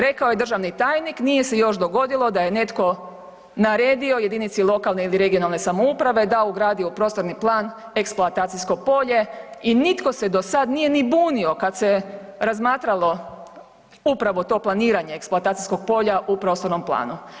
Rekao je državni tajnik, nije se još dogodilo da je netko naredio jedinici lokalne ili regionalne samouprave da ugradi u prostorni plan eksploatacijsko polje i nitko se ne dosad nije ni bunio kad se razmatralo upravo to planiranje eksploatacijskog polja u prostornom planu.